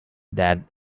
that